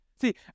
See